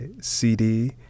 CD